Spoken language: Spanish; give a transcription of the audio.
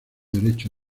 derecho